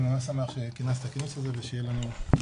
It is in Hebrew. אני ממש שמח שכינסת את הדיון הזה ושיהיה לנו בהצלחה.